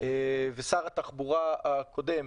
ושר התחבורה הקודם,